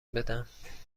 بدم